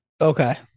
Okay